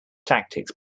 tactics